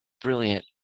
brilliant